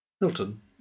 Milton